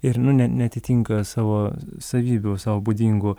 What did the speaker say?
ir nu ne neatitinka savo savybių sau būdingų